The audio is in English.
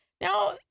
Now